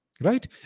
right